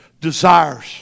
desires